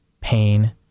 pain